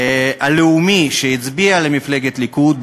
הלאומי שהצביע למפלגת ליכוד,